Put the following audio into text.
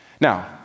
Now